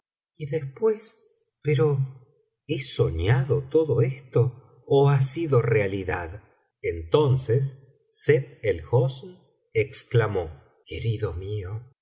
y después pero he soñado todo esto ó ha sido realidad entonces sett el hosn exclamó querido mío